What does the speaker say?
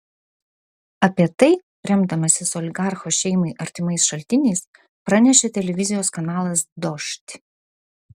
apie tai remdamasis oligarcho šeimai artimais šaltiniais pranešė televizijos kanalas dožd